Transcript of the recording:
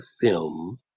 film